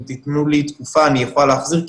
אם תיתנו לי תקופה אני אפעל להחזיר,